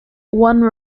one